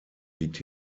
liegt